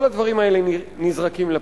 כל הדברים האלה נזרקים לפח.